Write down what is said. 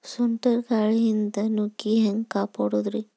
ಸುಂಟರ್ ಗಾಳಿಯಿಂದ ನುಗ್ಗಿ ಹ್ಯಾಂಗ ಕಾಪಡೊದ್ರೇ?